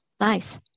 nice